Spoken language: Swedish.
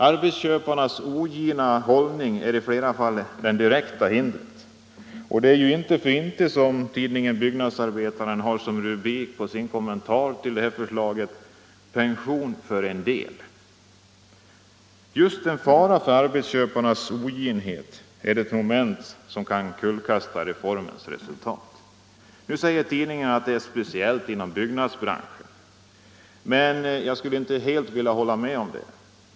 Arbetsköparnas ogina hållning är i flera fall det direkta hindret. Det är ju inte för inte som tidningen Byggnadsarbetaren har som rubrik på sin kommentar till förslaget: ”Pension för en del.” Just faran för arbetsköparnas oginhet är det moment som kan kullkasta reformen. Nu säger tidningen att detta gäller speciellt inom byggnadsbranschen, men jag skulle inte helt vilja hålla med om det.